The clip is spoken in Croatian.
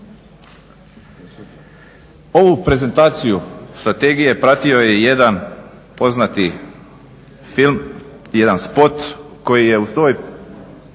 Ovu prezentaciju strategije pratio je jedan poznati film jedan spot koji je u tom